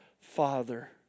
Father